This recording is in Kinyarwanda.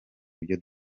ibyo